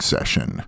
Session